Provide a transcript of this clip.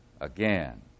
again